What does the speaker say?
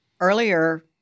earlier